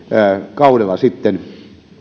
kaudella sitten